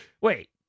wait